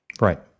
Right